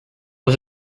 was